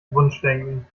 wunschdenken